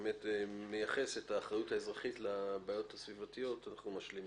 שמייחס את האחריות הסביבתית להשלכות הסביבתיות אנחנו משלימים.